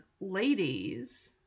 Ladies